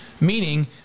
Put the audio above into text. meaning